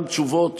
אבל מה אתה מצפה?